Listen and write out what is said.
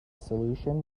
solution